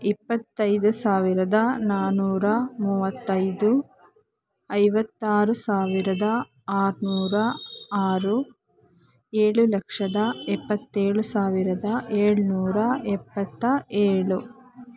ಇಪ್ಪತ್ತೈದು ಸಾವಿರದ ನಾನ್ನೂರ ಮೂವತ್ತೈದು ಐವತ್ತಾರು ಸಾವಿರದ ಆರುನೂರ ಆರು ಏಳು ಲಕ್ಷದ ಎಪ್ಪತ್ತೇಳು ಸಾವಿರದ ಏಳುನೂರ ಎಪ್ಪತ್ತ ಏಳು